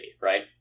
right